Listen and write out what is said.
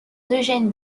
d’eugène